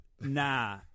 Nah